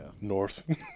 north